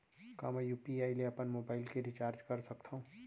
का मैं यू.पी.आई ले अपन मोबाइल के रिचार्ज कर सकथव?